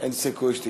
אין סיכוי,